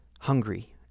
hungry